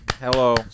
Hello